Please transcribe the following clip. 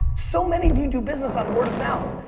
so many of you do business on word of mouth,